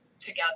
together